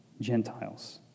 Gentiles